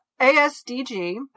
ASDG